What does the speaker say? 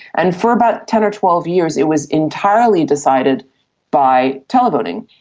and for about ten or twelve years it was entirely decided by televoting.